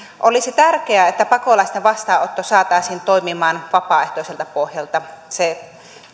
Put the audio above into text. olisi tärkeää että pakolaisten vastaanotto saataisiin toimimaan vapaaehtoiselta pohjalta se